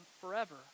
forever